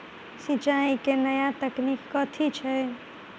सिंचाई केँ नया तकनीक कथी छै?